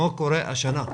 מה קורה השנה?